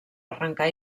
arrencar